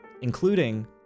including